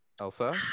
Elsa